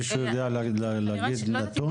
מישהו יודע להגיד נתון?